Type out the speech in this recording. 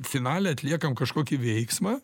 finale atliekame kažkokį veiksmą